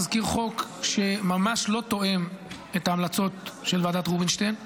תזכיר חוק שממש לא תואם את ההמלצות של ועדת רובינשטיין,